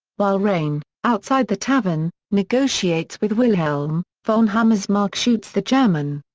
while raine, outside the tavern, negotiates with wilhelm, von hammersmark shoots the german.